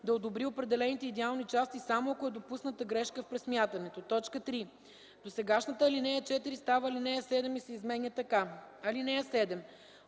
да одобри определените идеални части само ако е допусната грешка в пресмятането.” 3. Досегашната ал. 4 става ал. 7 и се изменя така: „(7)